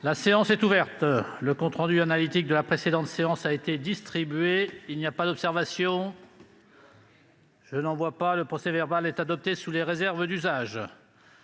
La séance est ouverte. Le compte rendu analytique de la précédente séance a été distribué. Il n'y a pas d'observation ?... Le procès-verbal est adopté sous les réserves d'usage.